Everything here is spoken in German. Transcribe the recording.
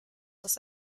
das